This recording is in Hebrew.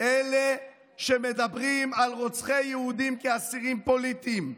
אלה שמדברים על רוצחי יהודים כאסירים פוליטיים,